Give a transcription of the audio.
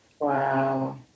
Wow